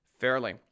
fairly